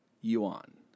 Yuan